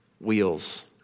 wheels